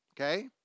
Okay